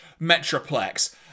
Metroplex